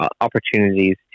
opportunities